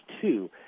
two